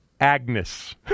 agnes